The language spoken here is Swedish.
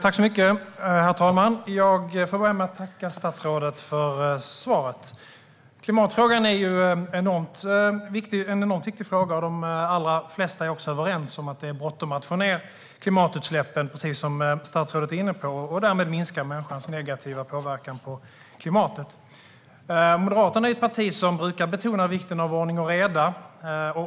Herr talman! Jag vill börja med att tacka statsrådet för svaret. Klimatfrågan är en enormt viktig fråga, och de allra flesta är överens om att det är bråttom att få ned klimatutsläppen, precis som statsrådet är inne på, och därmed minska människans negativa påverkan på klimatet. Moderaterna är ett parti som brukar betona vikten av ordning och reda.